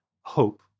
hope